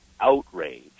outrage